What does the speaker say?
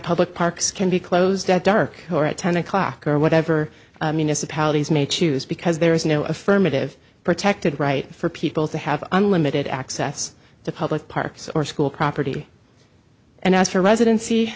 public parks can be closed at dark or at ten o'clock or whatever pallies may choose because there is no affirmative protected right for people to have unlimited access to public parks or school property and as for residenc